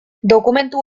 dokumentu